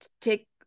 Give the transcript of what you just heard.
Take